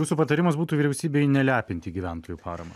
jūsų patarimas būtų vyriausybei nelepinti gyventojų parama